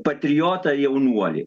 patriotą jaunuolį